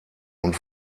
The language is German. und